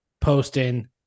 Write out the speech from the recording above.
posting